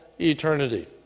eternity